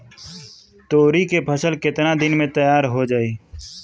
तोरी के फसल केतना दिन में तैयार हो जाई?